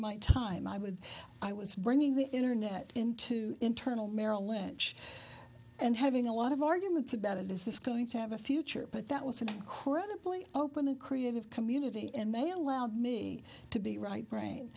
my time i would i was bringing the internet into internal merrill lynch and having a lot of arguments about it is this going to have a future but that was a horribly open and creative community and they allowed me to be right brain